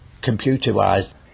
computer-wise